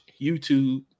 YouTube